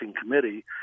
committee